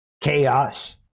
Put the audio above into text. chaos